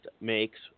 makes